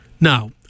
Now